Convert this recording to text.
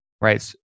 right